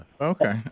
Okay